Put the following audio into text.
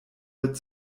wird